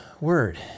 word